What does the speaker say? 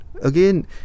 Again